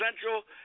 central